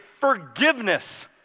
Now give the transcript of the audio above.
forgiveness